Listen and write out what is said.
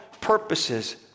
purposes